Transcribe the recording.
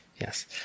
Yes